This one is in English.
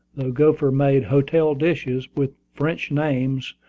though gopher made hotel dishes, with french names,